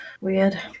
Weird